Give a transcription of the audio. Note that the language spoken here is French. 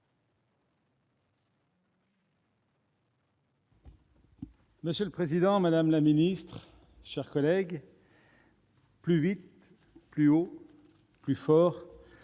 Monsieur le président, madame la ministre, chers collègues, « plus vite, plus haut, plus fort